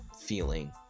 feeling